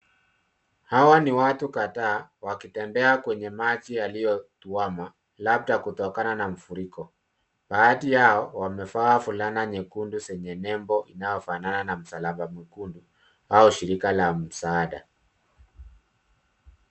Hawa ni watu kadhaa wakitembea kwenye maji yaliyo kwama, labda kutokana na mafuriko. Baadhi yao wamevaa fulana nyekundu zenye nembo inayo fanana na msalaba mwekundu, au shirika ni la msaada.